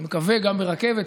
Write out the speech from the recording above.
אני מקווה גם ברכבת,